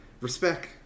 Respect